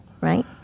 Right